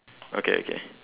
okay okay